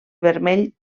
vermell